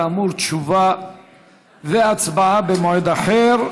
כאמור, תשובה והצבעה במועד אחר.